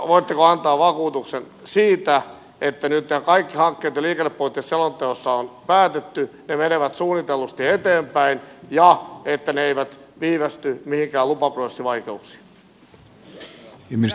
voitteko antaa vakuutuksen siitä että nyt nämä kaikki hankkeet mitä liikennepoliittisessa selonteossa on päätetty menevät suunnitellusti eteenpäin ja että ne eivät viivästy mihinkään lupaprosessivaikeuksiin